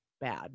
bad